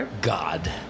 god